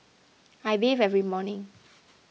I bathe every morning